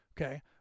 okay